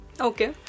Okay